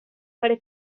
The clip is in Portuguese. para